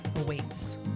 awaits